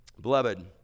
Beloved